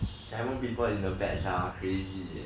seven people in the bet sia crazy leh